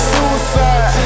Suicide